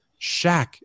Shaq